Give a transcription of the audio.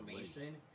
information